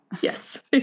Yes